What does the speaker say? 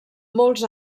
molts